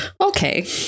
Okay